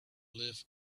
live